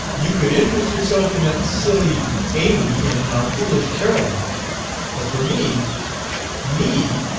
you could interest yourself in that silly amy and in our foolish carolyn but for me me